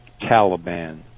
Taliban